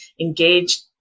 engage